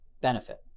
benefit